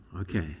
Okay